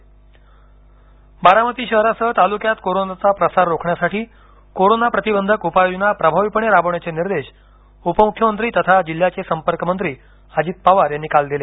बारामती बारामती शहरासह तालुक्यात कोरोनाचा प्रसार रोखण्यासाठी कोरोना प्रतिबंधक उपाययोजना प्रभावीपणे राबविण्याचे निर्देश उपमुख्यमंत्री तथा जिल्ह्याचे संपर्कमंत्री अजित पवार यांनी काल दिले